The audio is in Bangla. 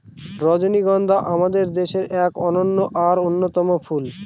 রজনীগন্ধা আমাদের দেশের এক অনন্য আর অন্যতম ফুল